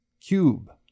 cube